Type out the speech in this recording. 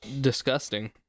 Disgusting